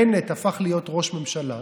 בנט הפך להיות ראש ממשלה,